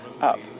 up